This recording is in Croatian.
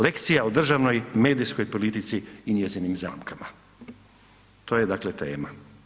Lekcija o državnoj medijskoj politici i njezinim zamkama, to je tema.